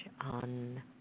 on